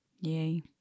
Yay